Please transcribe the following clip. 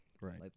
Right